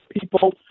people